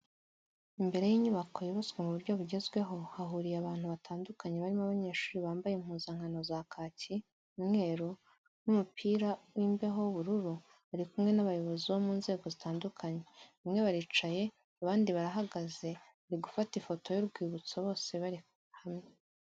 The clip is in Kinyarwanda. Imbere y'inyubako yubatswe mu buryo bugezweho hahuriye abantu batandukanye barimo abanyeshuri bambaye impuzankano za kaki, umweru n'umupira w'imbeho w'ubururu bari kumwe n'abayobozi bo mu nzego zitandukanye, bamwe baricaye abandi barahagaze bari gufata ifoto y'urwibutso bose bari hamwe.